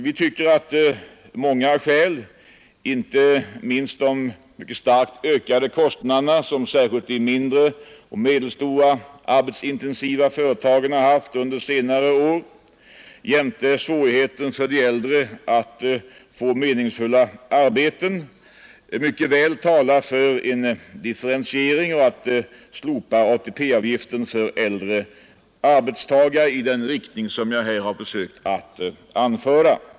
Vi tycker att många skäl, inte minst de mycket starkt ökade kostnader som särskilt de mindre och medelstora arbetskraftsintensiva företagen har haft under senare år och svårigheten för de äldre att få meningsfulla arbeten, mycket starkt talar för en differentiering eller ett slopande av ATP-avgiften för äldre arbetstagare på det sätt som jag här har försökt att ange.